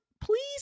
please